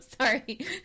sorry